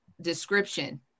description